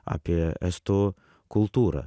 apie estų kultūrą